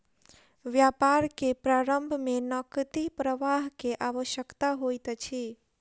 व्यापार के प्रारम्भ में नकदी प्रवाह के आवश्यकता होइत अछि